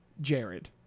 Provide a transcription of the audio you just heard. Jared